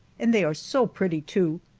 and they are so pretty, too,